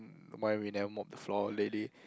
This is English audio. why we never mop floor lately